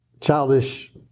childish